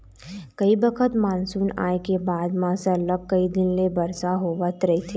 कइ बखत मानसून आए के बाद म सरलग कइ दिन ले बरसा होवत रहिथे